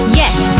yes